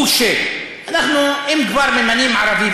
הוא שאם כבר מממנים ערבי,